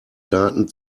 daten